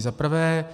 Za prvé,